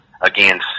Again